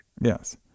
Yes